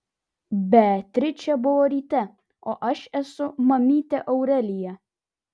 beatričė buvo ryte o aš esu mamytė aurelija